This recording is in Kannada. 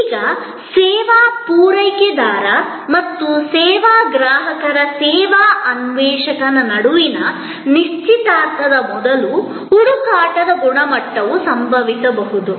ಈಗ ಸೇವಾ ಪೂರೈಕೆದಾರ ಮತ್ತು ಸೇವಾ ಗ್ರಾಹಕರ ಸೇವಾ ಅನ್ವೇಷಕನ ನಡುವಿನ ನಿಶ್ಚಿತಾರ್ಥದ ಮೊದಲು ಹುಡುಕಾಟದ ಗುಣಮಟ್ಟವು ಸಂಭವಿಸಬಹುದು